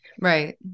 Right